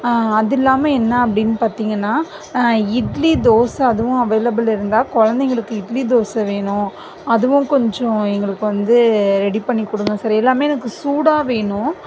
அது இல்லாமல் என்ன அப்படின்னு பார்த்திங்கன்னா இட்லி தோசை அதுவும் அவைலபிள் இருந்தால் குழந்தைங்களுக்கு இட்லி தோசை வேணும் அதுவும் கொஞ்சம் எங்களுக்கு வந்து ரெடி பண்ணிக் கொடுங்க சார் எல்லாமே எனக்கு சூடாக வேணும்